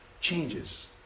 changes